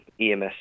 EMS